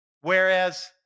whereas